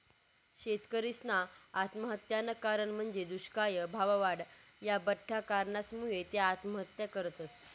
शेतकरीसना आत्महत्यानं कारण म्हंजी दुष्काय, भाववाढ, या बठ्ठा कारणसमुये त्या आत्महत्या करतस